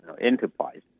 enterprise